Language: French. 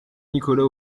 nicolas